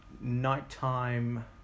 nighttime